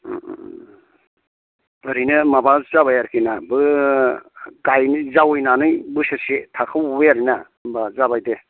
ओरैनो माबा जाबाय आरोखिना बे गायनो जावैनानै बोसोरसे थाथ'बावबाय आरोना होनबा जाबाय दे